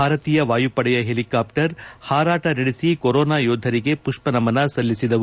ಭಾರತೀಯ ವಾಯುಪಡೆಯ ಪೆಲಿಕಾಪ್ಸರ್ ಹಾರಾಟ ನಡೆಸಿ ಕೊರೋನಾ ಯೋಧರಿಗೆ ಮಷ್ಷ ನಮನ ಸಲ್ಲಿಸಿದವು